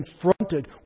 confronted